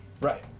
Right